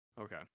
Okay